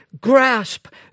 grasp